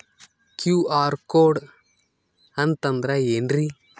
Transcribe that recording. QR code ಅಂತಂದ್ರ ಏನ್ರೀ?